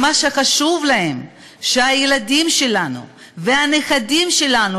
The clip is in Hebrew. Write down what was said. מה שחשוב להם זה שהילדים שלנו והנכדים שלנו